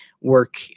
work